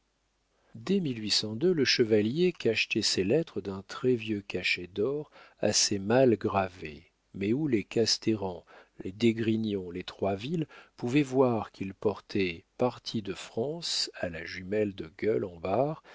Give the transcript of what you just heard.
le chevalier cachetait ses lettres d'un très vieux cachet d'or assez mal gravé mais où les castéran les d'esgrignon les troisville pouvaient voir qu'il portait parti de france à la jumelle de gueules en